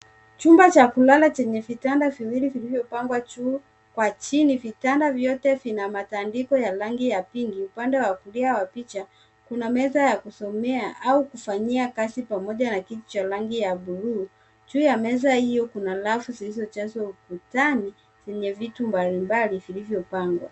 Chumba cha kulala chenye vitanda viwili vilivyopangwa juu kwa chini. Vitanda vyote vina matandiko ya rangi ya pink .Upande wa kulia wa picha kuna meza ya kusomea au kufanyia kazi pamoja na kiti ya rangi ya bluu. Juu ya meza hio kuna rafu zilizojazwa ukutani ymzenye vitu mbalimbali vilivyopangwa.